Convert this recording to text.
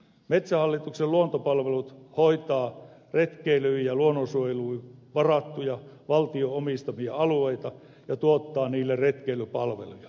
metsähallituksen luontopalvelut hoitaa retkeilyyn ja luonnonsuojeluun varattuja valtion omistamia alueita ja tuottaa niille retkeilypalveluja